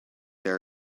there